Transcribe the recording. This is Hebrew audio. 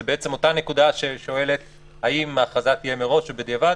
זו אותה נקודה ששואלת האם ההכרזה תהיה מראש או בדיעבד,